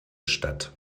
statt